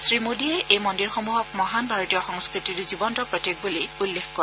শ্ৰীমোদীয়ে এই মন্দিৰসমূহক মহান ভাৰতীয় সংস্কৃতিৰ জীৱন্ত প্ৰতীক বুলি উল্লেখ কৰে